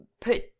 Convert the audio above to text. put